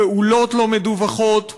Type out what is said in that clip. פעולות לא מדווחות,